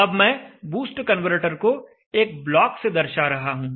अब मैं boost converter को एक ब्लॉक से दर्शा रहा हूं